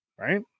right